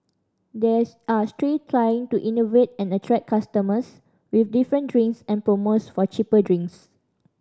they're are trying to innovate and attract customers with different drinks and promos for cheaper drinks